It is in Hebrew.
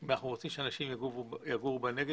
אם אנחנו רוצים שאנשים יגורו בנגב,